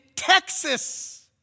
Texas